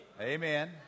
Amen